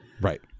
Right